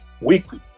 weekly